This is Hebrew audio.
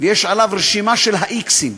ויש עליו רשימה של האיקסים,